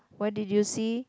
what did you see